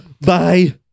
Bye